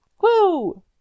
Woo